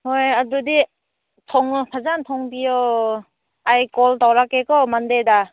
ꯍꯣꯏ ꯑꯗꯨꯗꯤ ꯊꯣꯡꯉꯣ ꯐꯖꯅ ꯊꯣꯡꯕꯤꯌꯣ ꯑꯩ ꯀꯣꯜ ꯇꯧꯔꯛꯀꯦ ꯀꯣ ꯃꯟꯗꯦꯗ